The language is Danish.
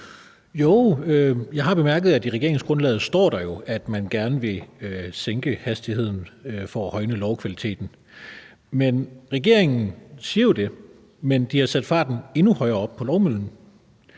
Jo, jeg har bemærket, at der i regeringsgrundlaget står, at man gerne vil sænke hastigheden for at højne lovkvaliteten. Regeringen siger det, men de har jo sat farten endnu højere op på lovmøllen.